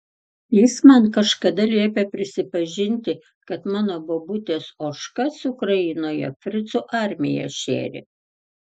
jis man kažkada liepė prisipažinti kad mano bobutės ožkas ukrainoje fricų armija šėrė